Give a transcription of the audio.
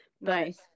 nice